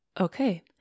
okay